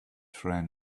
friend